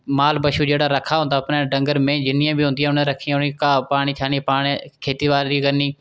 माल बच्छू जेहड़ा उ'नें रक्खे दा होंदा अपने डंगर मेंहीं जिन्नियां बी होंदिया उ'नें रक्खी दियां उ'नें गी घाऽ पानी पाने ते खेत्ती बाड़ी करनी